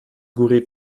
góry